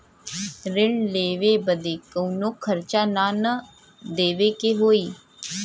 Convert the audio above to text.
ऋण लेवे बदे कउनो खर्चा ना न देवे के होई?